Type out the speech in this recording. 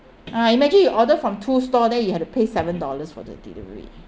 ah imagine you order from two store then you have to pay seven dollars for the delivery